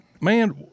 Man